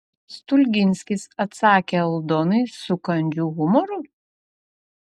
stulginskis atsakė aldonai su kandžiu humoru